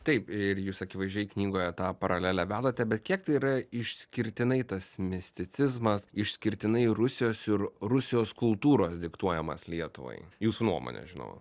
taip ir jūs akivaizdžiai knygoje tą paralelę vedate bet kiek tai yra išskirtinai tas misticizmas išskirtinai rusijos ir rusijos kultūros diktuojamas lietuvai jūsų nuomone žinoma